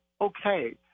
okay